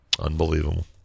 Unbelievable